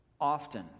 Often